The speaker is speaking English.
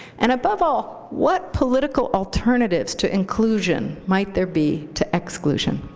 and above all, what political alternatives to inclusion might there be to exclusion?